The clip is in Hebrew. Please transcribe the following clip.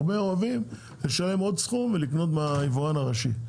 הרבה מעדיפים לשלם יותר ולקנות מהיבואן הראשי,